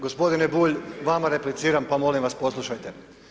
Gospodine Bulj vama repliciram pa molim vas poslušajte.